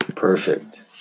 Perfect